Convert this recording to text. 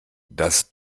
das